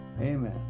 Amen